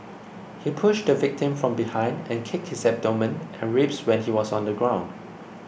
he pushed the victim from behind and kicked his abdomen and ribs when he was on the ground